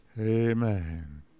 Amen